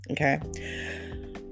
okay